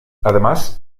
además